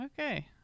Okay